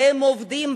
והם עובדים,